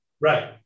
Right